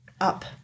Up